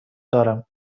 دارم